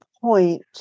point